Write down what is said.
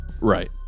right